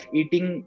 eating